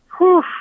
Whew